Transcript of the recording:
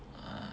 ah